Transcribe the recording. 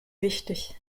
wichtig